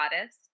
goddess